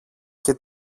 και